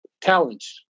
talents